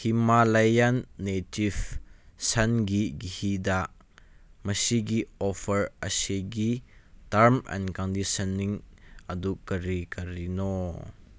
Himalayan native ꯁꯟꯒꯤ ꯘꯤꯗ ꯃꯁꯤꯒꯤ ꯑꯣꯐꯔ ꯑꯁꯤꯒꯤ ꯇꯥꯔꯝ ꯑꯦꯟ ꯀꯟꯗꯤꯁꯟꯅꯤꯡ ꯑꯗꯨ ꯀꯔꯤ ꯀꯔꯤꯅꯣ